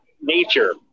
nature